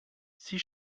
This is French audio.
six